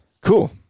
Cool